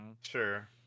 Sure